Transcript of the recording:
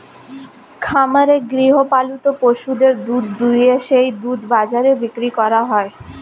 খামারে গৃহপালিত পশুদের দুধ দুইয়ে সেই দুধ বাজারে বিক্রি করা হয়